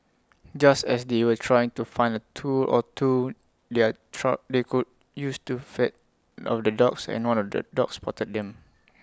just as they were trying to find A tool or two they are try they could use to fend off the dogs one of the dogs spotted them